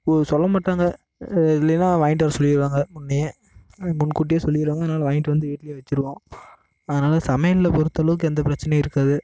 இப்போ சொல்லமாட்டாங்க இல்லன்னா வாங்கிட்டு வர சொல்லிருவாங்க முன்னையே முன்கூட்டியே சொல்லிருவாங்க அதனால் வாங்கிட்டு வந்து வீட்லையே வச்சிருவோம் அதனால் சமையலில் பொருத்த அளவுக்கு எந்த பிரச்சனையும் இருக்காது